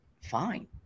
fine